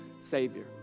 Savior